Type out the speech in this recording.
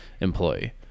employee